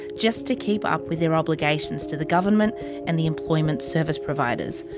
just to keep up with their obligations to the government and the employment service providers.